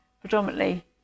predominantly